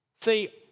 See